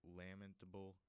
lamentable